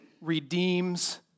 redeems